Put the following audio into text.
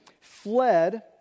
fled